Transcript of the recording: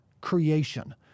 creation